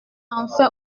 enfin